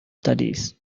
studies